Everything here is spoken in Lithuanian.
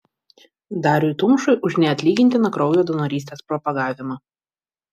dariui tumšiui už neatlygintiną kraujo donorystės propagavimą